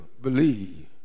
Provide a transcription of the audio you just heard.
believe